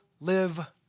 live